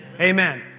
Amen